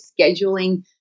scheduling